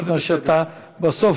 כיוון שאתה בסוף